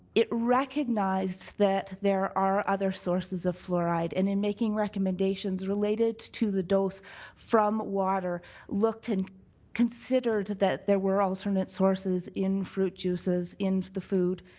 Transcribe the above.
it recognized that there are other sources of fluoride, and in making recommendations related to the dose from water looked and considered that there were alternate sources in fruit juices, in the food,